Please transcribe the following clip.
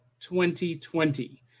2020